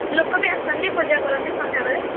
ଲୋକବି ଆସନ୍ତି ପୂଜା କରନ୍ତି ସନ୍ଧ୍ୟା ବେଳେ